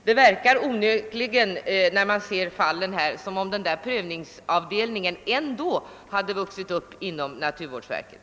Det verkar onekligen, när man ser fallen här, som om prövningsavdelningen ändå hade vuxit inom naturvårdsverket.